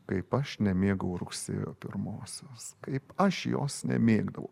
kaip aš nemėgau rugsėjo pirmosios kaip aš jos nemėgau